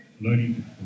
learning